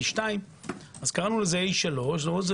A2. A3 זה